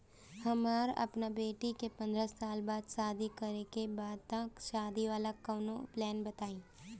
हमरा अपना बेटी के पंद्रह साल बाद शादी करे के बा त शादी वाला कऊनो प्लान बताई?